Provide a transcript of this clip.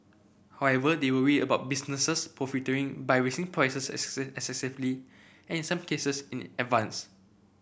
however they worry about businesses profiteering by raising prices excessively and some cases in advance